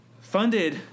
funded